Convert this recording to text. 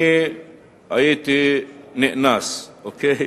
אני הייתי נאנס, אוקיי?